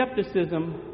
skepticism